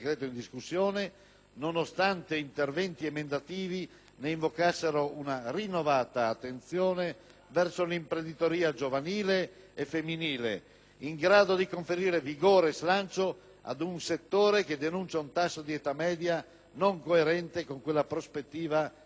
nonostante interventi emendativi ne invocassero una rinnovata attenzione verso l'imprenditoria giovanile e femminile, in grado di conferire vigore e slancio ad un settore che denuncia un tasso di età media non coerente con quella prospettiva di modernizzazione,